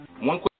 One